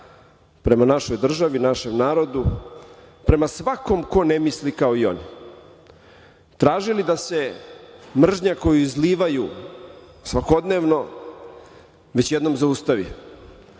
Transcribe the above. prema našoj državi, našem narodu, prema svakom ne misli kao i oni, tražili da se mržnja koja izazivaju svakodnevno već jednom zaustavi.